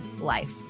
life